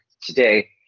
today